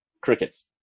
crickets